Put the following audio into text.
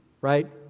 right